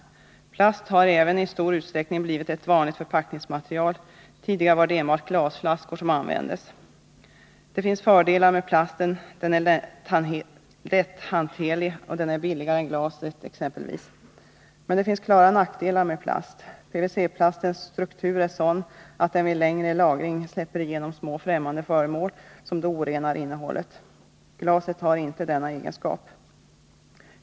Plast har blivit ett vanligt förpackningsmaterial, medan man tidigare använde enbart glasflaskor. Plasten har fördelar: den är exempelvis lätthanterlig och billigare än glas. Men det finns klara nackdelar med plast. PVC-plastens struktur är sådan att den vid längre lagring släpper igenom små främmande föremål, som då orenar innehållet. Glaset har inte denna egenskap.